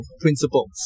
Principles